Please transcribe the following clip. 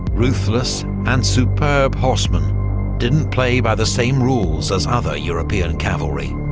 ruthless, and superb horseman didn't play by the same rules as other european cavalry.